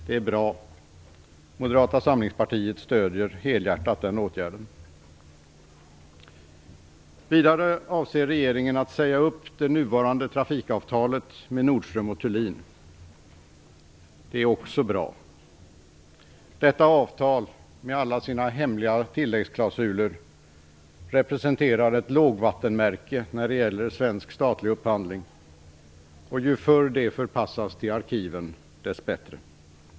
Det är bra, och Moderata samlingspartiet stöder helhjärtat den åtgärden. Vidare avser regeringen att säga upp det nuvarande trafikavtalet med Nordström & Thulin. Det är också bra. Detta avtal, med alla sina hemliga tilläggsklausuler, representerar ett lågvattenmärke när det gäller svensk statlig upphandling, och ju förr det förpassas till arkiven, desto bättre.